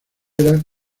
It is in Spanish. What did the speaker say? era